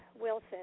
Wilson